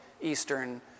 Eastern